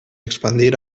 expandir